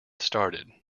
started